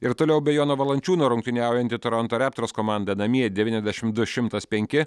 ir toliau be jono valančiūno rungtyniaujanti toronto raptors komanda namie devyniasdešimt du šimtas penki